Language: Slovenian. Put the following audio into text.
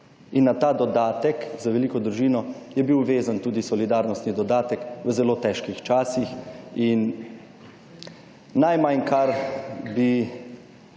in na ta dodatek za veliko družino je bil vezan tudi solidarnostni dodatek v zelo težkih časih in najmanj kar bi